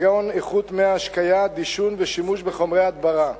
כגון איכות מי ההשקיה, דישון ושימוש בחומרי הדברה,